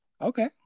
Okay